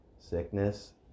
Sickness